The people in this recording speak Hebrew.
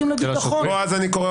אני,